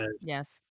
yes